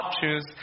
choose